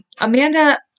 Amanda